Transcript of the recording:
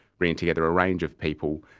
bringing together a range of people.